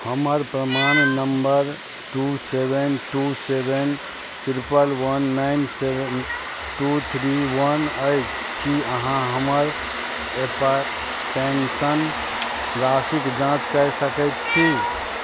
हमर प्राण number two seven two seven triple one nine seven two three one अछि कि अहाँ हमर पेन्शन राशिके जाँच कए सकै छी